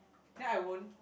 then I won't